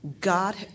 God